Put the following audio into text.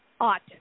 ought